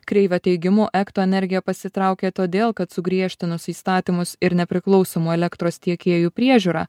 kreivio teigimu ekto energija pasitraukė todėl kad sugriežtinus įstatymus ir nepriklausomų elektros tiekėjų priežiūrą